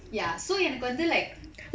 ya so எனக்கு வந்து:enakku vanthu like